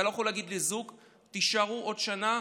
אתה לא יכול להגיד לזוג: תישארו עוד שנה,